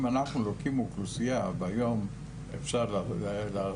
אם אנחנו יכולים לקחת אוכלוסייה והיום אפשר תרומת